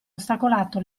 ostacolato